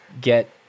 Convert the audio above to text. get